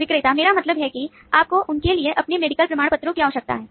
विक्रेता मेरा मतलब है कि आपको उनके लिए अपने मेडिकल प्रमाणपत्रों की आवश्यकता है